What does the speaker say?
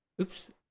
Oops